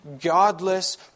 godless